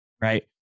right